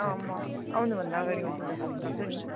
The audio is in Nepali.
म आउनु भन्दा अगाडि म तिमीलाई फोन गर्छु नि